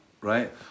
right